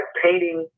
painting